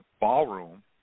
ballroom